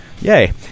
Yay